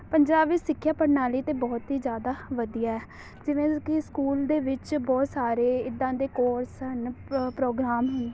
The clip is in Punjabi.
ਪੰਜਾਬ ਵਿੱਚ ਸਿੱਖਿਆ ਪ੍ਰਣਾਲੀ ਤਾਂ ਬਹੁਤ ਹੀ ਜ਼ਿਆਦਾ ਵਧੀਆ ਜਿਵੇਂ ਕਿ ਸਕੂਲ ਦੇ ਵਿੱਚ ਬਹੁਤ ਸਾਰੇ ਇੱਦਾਂ ਦੇ ਕੋਰਸ ਹਨ ਪ੍ਰ ਪ੍ਰੋਗਰਾਮ